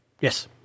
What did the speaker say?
Yes